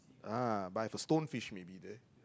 ah but I have a stonefish may be there